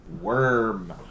Worm